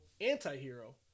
anti-hero